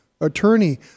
attorney